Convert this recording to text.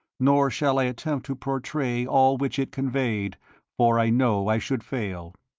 nor shall i attempt to portray all which it conveyed for i know i should fail.